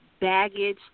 baggage